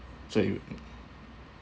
so you